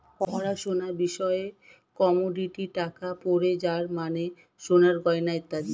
পড়াশোনার বিষয়ে কমোডিটি টাকা পড়ে যার মানে সোনার গয়না ইত্যাদি